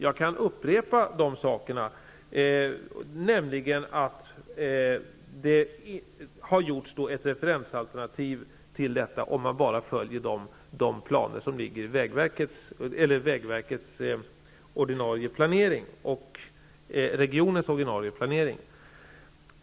Jag kan nämna en av de sakerna, nämligen att ett referensalternativ har utformats -- om man bara följer de planer som finns i vägverkets och regionens ordinarie planering.